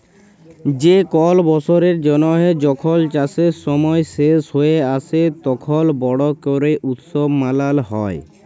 যে কল বসরের জ্যানহে যখল চাষের সময় শেষ হঁয়ে আসে, তখল বড় ক্যরে উৎসব মালাল হ্যয়